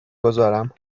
گذارم